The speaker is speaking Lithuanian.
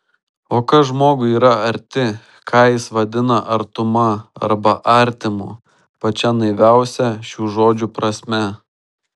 o kas žmogui yra arti ką jis vadina artuma arba artimu pačia naiviausia šių žodžių prasme